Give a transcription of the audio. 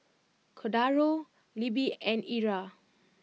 Cordaro Libbie and Ira